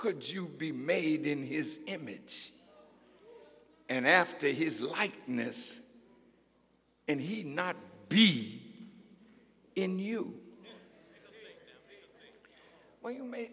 could you be made in his image and after his likeness and he not in you well you may